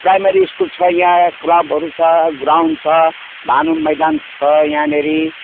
primary school छ यहाँ क्लबहरू छ ग्राउन्ड छ भानु मैदान छ यहाँनिर